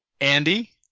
Andy